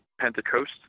Pentecost